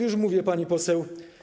Już mówię, pani poseł.